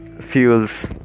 fuels